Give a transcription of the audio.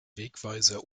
wegweiser